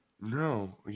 No